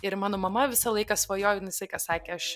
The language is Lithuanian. ir mano mama visą laiką svajojo jinai visą laiką sakė aš